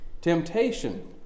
temptation